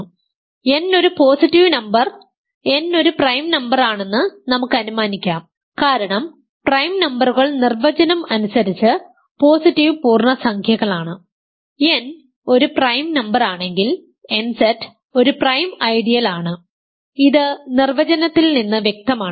അതിനാൽ n ഒരു positive number n ഒരു പ്രൈം നമ്പറാണെന്ന് നമുക്ക് അനുമാനിക്കാം കാരണം പ്രൈം നമ്പറുകൾ നിർവചനം അനുസരിച്ച് പോസിറ്റീവ് പൂർണ്ണസംഖ്യകളാണ് n ഒരു പ്രൈം നമ്പറാണെങ്കിൽ nZ ഒരു പ്രൈം ഐഡിയൽ ആണ് ഇത് നിർവചനത്തിൽ നിന്ന് വ്യക്തമാണ്